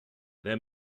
their